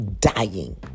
dying